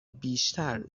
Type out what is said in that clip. بیشتر